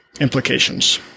implications